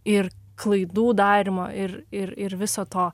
ir klaidų darymo ir ir ir viso to